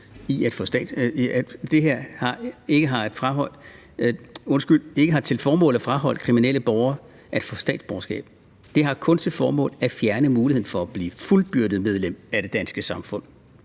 at få statsborgerskab; det har kun til formål at fjerne muligheden for at blive et fuldbyrdet medlem af det danske samfund